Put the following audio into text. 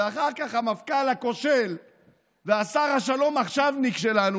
ואחר כך המפכ"ל הכושל והשר השלום-עכשיווניק שלנו,